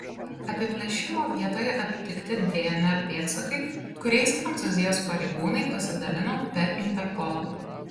apiplėšimo vietoje aptikti dnr pėdsakai kuriais prancūzijos pareigūnai pasidalino per interpolą